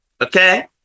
Okay